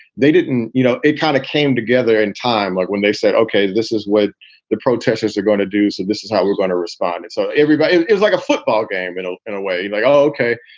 they didn't you know, it kind of came together in time, like when they said, ok, this is what the protesters are going to do. so this is how we're going to respond. and so everybody is like a football game, know, in a way like, ok,